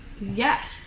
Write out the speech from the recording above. Yes